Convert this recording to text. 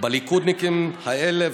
הליכודניקים החדשים,